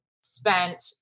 spent